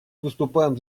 выступаем